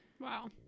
Wow